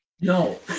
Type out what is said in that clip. No